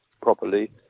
properly